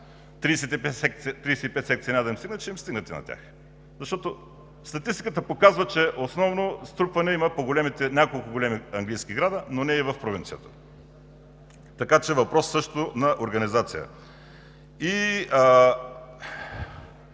35 секции няма да им стигнат, ще им стигнат и на тях! Защото статистиката показва, че основно струпване има по големите, няколко големи английски града, но не и в провинцията. Така че това също е въпрос на организация.